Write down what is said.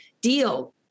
deal